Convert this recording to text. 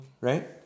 Right